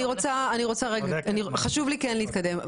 חשוב לי להתקדם.